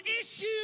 issue